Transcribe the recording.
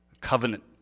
Covenant